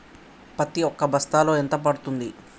పత్తి ఒక బస్తాలో ఎంత పడ్తుంది?